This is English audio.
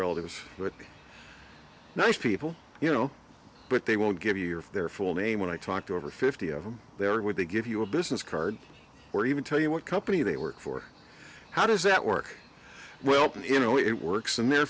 relatives but nice people you know but they won't give you your their full name when i talk to over fifty of them there or would they give you a business card or even tell you what company they work for how does that work well you know it works in their